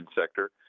sector